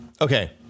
okay